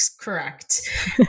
correct